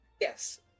Yes